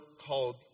called